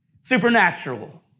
supernatural